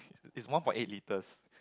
it's one point eight liters